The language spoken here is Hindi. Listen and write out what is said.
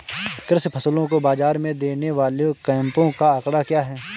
कृषि फसलों को बाज़ार में देने वाले कैंपों का आंकड़ा क्या है?